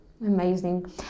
Amazing